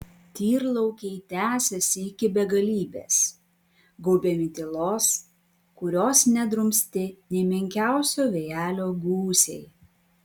tyrlaukiai tęsėsi iki begalybės gaubiami tylos kurios nedrumstė nė menkiausio vėjelio gūsiai